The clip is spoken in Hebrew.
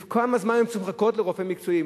כמה זמן הם צריכים לחכות לרופא מקצועי,